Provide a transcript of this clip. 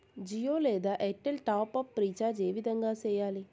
జియో లేదా Airtel top up recharge ఏ విధంగా సేయాలి